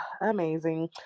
amazing